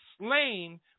slain